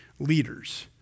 leaders